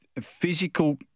physical